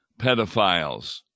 pedophiles